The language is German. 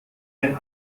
ein